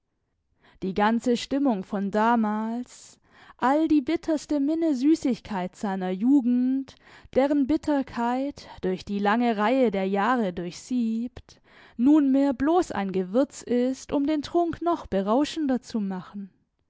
die ganze stimmung von damals all die bitterste minnesüßigkeit seiner jugend deren bitterkeit durch die lange reihe der jahre durchsiebt nunmehr bloß ein gewürz ist um den trunk noch berauschender zu machen